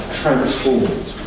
transformed